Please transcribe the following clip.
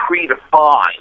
predefined